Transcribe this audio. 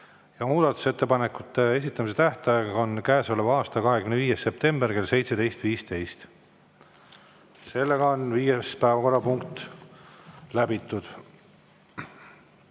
ja muudatusettepanekute esitamise tähtaeg on käesoleva aasta 25. september kell 17.15. Viies päevakorrapunkt on läbitud.